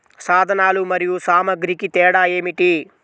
సాధనాలు మరియు సామాగ్రికి తేడా ఏమిటి?